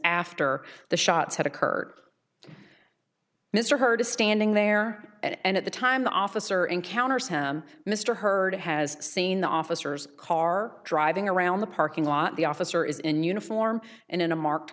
after the shots had occurred mr hurd is standing there and at the time the officer encounters him mr hurd has seen the officers car driving around the parking lot the officer is in uniform and in a marked